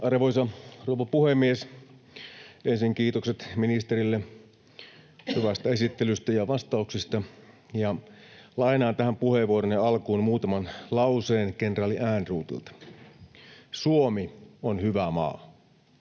Arvoisa rouva puhemies! Ensin kiitokset ministerille hyvästä esittelystä ja vastauksista. Lainaan tähän puheenvuoroni alkuun muutaman lauseen kenraali Ehrnroothilta: ”Suomi on hyvä maa.